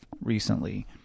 recently